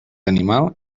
animal